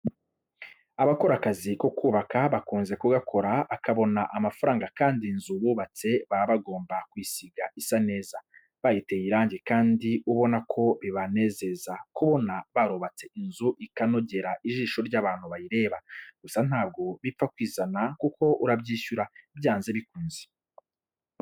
Abakora akazi ko kubaka, bakunze kugakora bakabona amafaranga kandi inzu bubatse baba bagomba kuyisiga isa neza, bayiteye irange kandi ubona ko bibanezeza kubona barubatse inzu ikanogera ijisho ry'abantu bayireba. Gusa ntabwo bipfa kwizana kuko urabyishyura byanze bikunze.